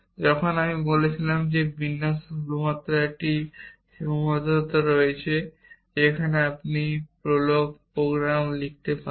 যখন আমি বলেছিলাম যে বিন্যাসে শুধুমাত্র একটি সীমাবদ্ধতা রয়েছে যেখানে আপনি প্রোলগ প্রোগ্রাম লিখতে পারেন